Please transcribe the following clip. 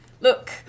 Look